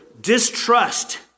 distrust